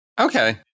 Okay